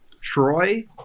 Troy